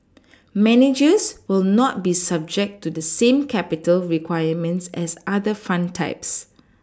managers will not be subject to the same capital requirements as other fund types